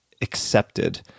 accepted